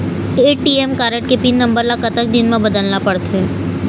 ATM card के PIN number ला कतक दिन म बदलना पड़थे?